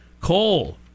Coal